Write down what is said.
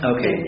Okay